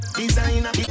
Designer